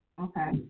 Okay